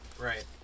Right